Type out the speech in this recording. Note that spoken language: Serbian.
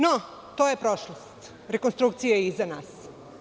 No, to je prošlost, rekonstrukcija je iza nas.